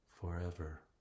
forever